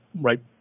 right